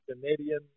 Canadian